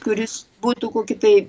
kuris būtų kokį tai